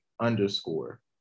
underscore